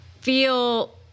feel